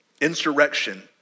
Insurrection